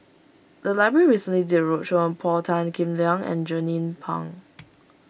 the library recently did a roadshow on Paul Tan Kim Liang and Jernnine Pang